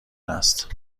است